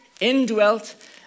indwelt